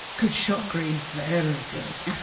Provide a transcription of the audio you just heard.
good shot, green. very good.